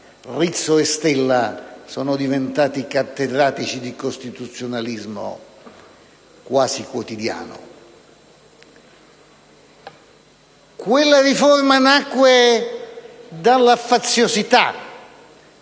Rizzo e Stella sono diventati cattedratici di costituzionalismo quasi quotidiano. Quella riforma nacque dalla faziosità